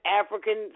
African